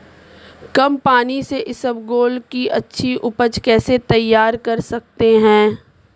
कम पानी से इसबगोल की अच्छी ऊपज कैसे तैयार कर सकते हैं?